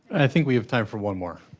i think we have time for one more.